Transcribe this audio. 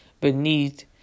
beneath